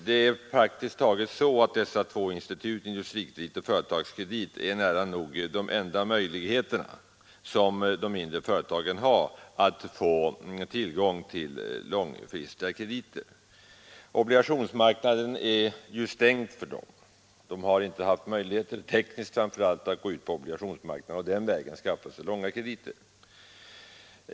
Det är praktiskt taget så att dessa två institut, Industrikredit och Företagskredit, är de enda möjligheter de mindre företagen har att få tillgång till långfristiga krediter. Obligationsmarknaden är stängd för dem. De har inte haft den tekniska möjligheten att gå ut på obligationsmarknaden och den vägen skaffa sig långa krediter.